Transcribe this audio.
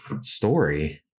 story